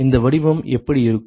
இந்த வடிவம் எப்படி இருக்கும்